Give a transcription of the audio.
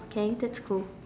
okay that's cool